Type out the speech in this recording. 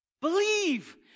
Believe